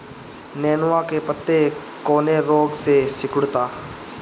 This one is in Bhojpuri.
नेनुआ के पत्ते कौने रोग से सिकुड़ता?